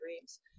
dreams